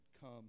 come